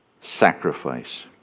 sacrifice